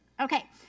Okay